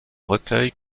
recueil